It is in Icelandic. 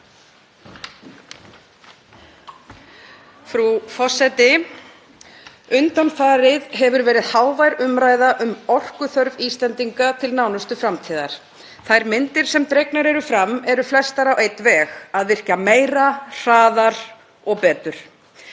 Frú forseti. Undanfarið hefur verið hávær umræða um orkuþörf Íslendinga til nánustu framtíðar. Þær myndir sem dregnar eru upp eru flestar á einn veg; að virkja meira, hraðar og betur.